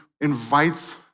invites